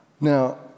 Now